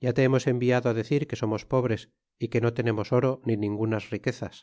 ya te hemos enviado decir que somos pobres é que no tenemos oro ni ningunas riquezas